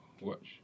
Watch